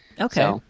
okay